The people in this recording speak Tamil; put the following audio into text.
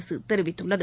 அரசு தெரிவித்துள்ளது